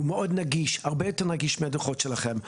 הוא מאוד נגיש, הרבה יותר נגיש מהדוחות שלכם.